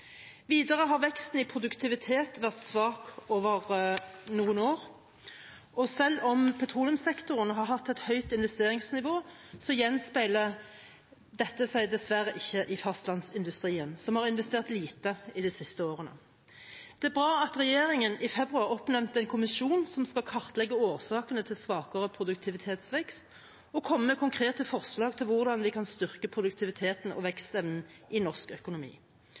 Videre har veksten i produktivitet vært svak over noen år, og selv om petroleumssektoren har hatt et høyt investeringsnivå, gjenspeiler dette seg dessverre ikke i fastlandsindustrien, som har investert lite i de siste årene. Det er bra at regjeringen i februar oppnevnte en kommisjon som skal kartlegge årsakene til svakere produktivitetsvekst og komme med konkrete forslag til hvordan vi kan styrke produktiviteten og vekstevnen i norsk økonomi.